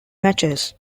matches